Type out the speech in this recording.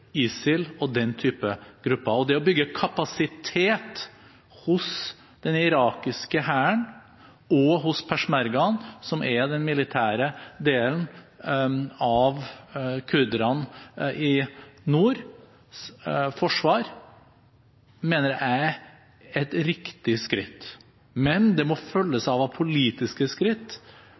ISIL og den type grupper. Det å bygge kapasitet hos den irakiske hæren og hos peshmergaen, som er den militære delen av forsvaret til kurderne i nord, mener jeg er et riktig skritt. Men det må følges opp av politiske skritt,